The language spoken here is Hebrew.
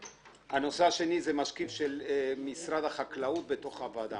הנושא השני הוא משקיף של משרד החקלאות בתוך הוועדה.